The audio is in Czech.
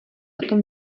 tom